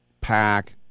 pack